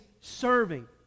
serving